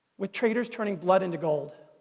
with traders turning blood into gold.